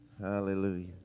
Hallelujah